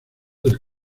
del